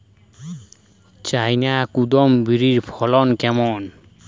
China কুঁদরীর ফলন কেমন?